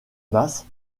masse